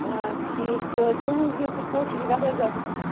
آ ٹھیٖک چھُ تُہٕنٛز یُس یہِ ژوٚٹ چھُ واریاہ زیادٕ